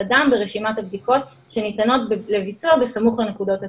הדם ברשימת התרופות שניתנות לביצוע בסמוך לנקודות הקצה.